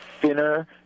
thinner